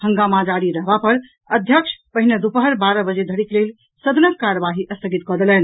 हंगामा जारी रहबा पर अध्यक्ष पहिने दूपहर बारह बजे धरिक लेल सदनक कार्यवाही स्थगित कऽ देलनि